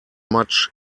much